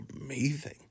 amazing